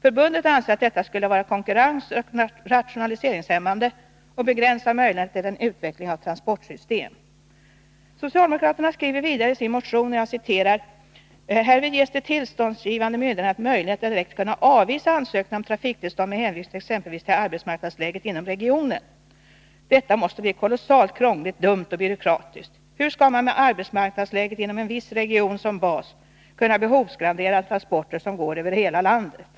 Förbundet anser att detta skulle vara konkurrensoch rationaliseringshämmande och begränsa möjligheterna till en utveckling av transportsystem. Socialdemokraterna skriver vidare i sin motion: ”Härvid ges de tillståndsgivande myndigheterna möjlighet att direkt kunna avvisa ansökningar om trafiktillstånd med hänvisning exempelvis till arbetsmarknadsläget inom regionen.” Detta måste bli kolossalt krångligt, dumt och byråkratiskt. Hur skall man med arbetsmarknadsläget inom en viss region som bas kunna behovsgradera transporter som går över hela landet?